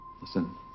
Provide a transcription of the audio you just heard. Listen